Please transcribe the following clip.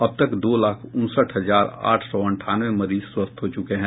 अब तक दो लाख उनसठ हजार आठ सौ अंठानवे मरीज स्वस्थ हो चुके हैं